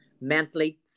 Mentally